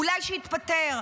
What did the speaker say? אולי שיתפטר.